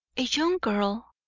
a young girl,